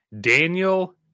Daniel